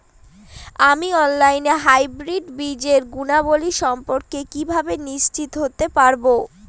আমি অনলাইনে হাইব্রিড বীজের গুণাবলী সম্পর্কে কিভাবে নিশ্চিত হতে পারব?